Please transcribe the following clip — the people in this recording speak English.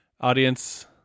audience